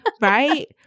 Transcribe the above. right